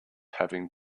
having